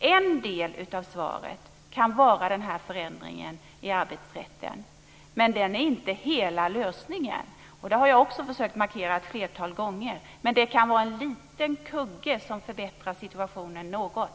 En del av lösningen kan vara den här förändringen i arbetsrätten, men den är inte hela lösningen. Det har jag också försökt att markera ett flertal gånger. Den kan vara en liten kugge som förbättrar situationen något.